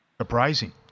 surprising